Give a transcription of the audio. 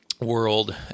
world